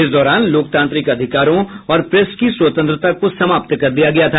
इस दौरान लोकतांत्रिक अधिकारों और प्रेस की स्वतंत्रता को समाप्त कर दिया गया था